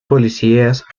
policías